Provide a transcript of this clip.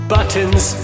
Buttons